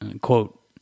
quote